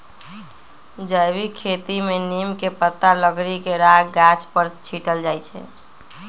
जैविक खेती में नीम के पत्ता, लकड़ी के राख गाछ पर छिट्ल जाइ छै